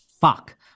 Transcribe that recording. fuck